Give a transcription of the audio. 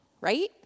right